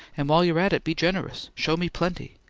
and while you are at it, be generous. show me plenty.